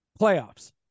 playoffs